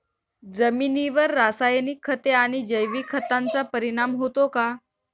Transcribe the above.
जमिनीवर रासायनिक खते आणि जैविक खतांचा परिणाम होतो का?